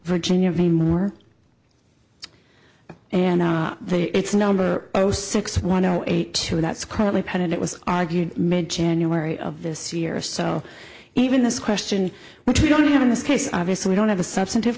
virginia anymore and it's number zero six one zero eight two that's currently put it was argued mid january of this year so even this question which we don't have in this case obviously we don't have a substantive